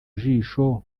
jisho